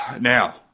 Now